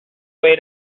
way